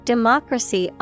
Democracy